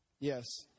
Yes